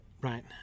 right